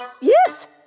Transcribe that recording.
Yes